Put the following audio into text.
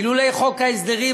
אילולא חוק ההסדרים,